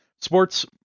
Sports